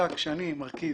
כאשר אני מרכיב